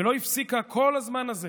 ולא הפסיקה כל הזמן הזה